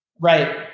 Right